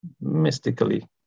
mystically